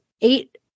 eight